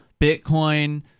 Bitcoin